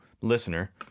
listener